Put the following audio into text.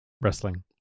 Wrestling